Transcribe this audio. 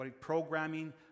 programming